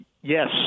Yes